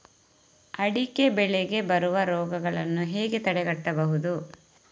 ಅಡಿಕೆ ಬೆಳೆಗೆ ಬರುವ ರೋಗಗಳನ್ನು ಹೇಗೆ ತಡೆಗಟ್ಟಬಹುದು?